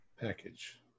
Package